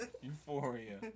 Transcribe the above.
euphoria